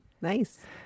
Nice